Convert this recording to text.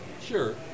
Sure